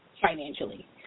financially